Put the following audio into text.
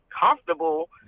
comfortable